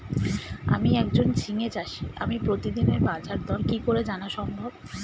আমি একজন ঝিঙে চাষী আমি প্রতিদিনের বাজারদর কি করে জানা সম্ভব?